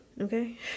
okay